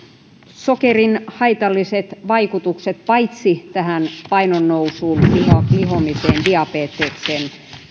sokerin haitalliset vaikutukset kohdistuvat paitsi painonnousuun lihomiseen diabetekseen